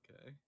okay